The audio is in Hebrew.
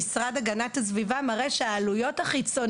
רק למשרד להגנת הסביבה שהוא באמת עמוס,